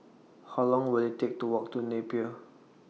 How Long Will IT Take to Walk to Napier